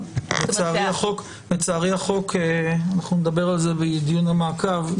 אנחנו נדבר על זה בדיון מעקב.